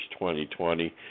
2020